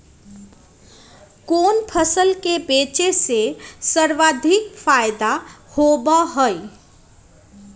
कोन फसल के बेचे से सर्वाधिक फायदा होबा हई?